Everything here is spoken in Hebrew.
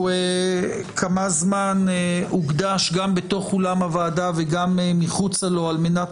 כמה זמן הוקדש גם בתוך אולם הוועדה וגם מחוצה לו על-מנת